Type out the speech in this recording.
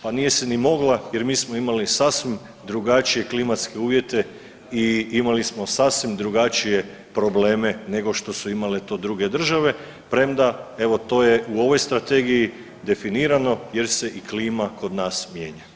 Pa nije se ni mogla jer mi smo imali sasvim drugačije klimatske uvjete i imali smo sasvim drugačije probleme nego što su imale to druge države, premda evo to je u ovoj strategiji definirano jer se i klima kod nas mijenja.